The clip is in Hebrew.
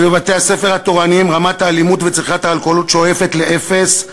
שבבתי-הספר התורניים רמת האלימות וצריכת האלכוהול שואפות לאפס,